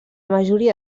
majoria